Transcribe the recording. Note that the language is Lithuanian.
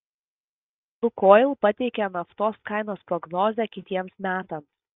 lukoil pateikė naftos kainos prognozę kitiems metams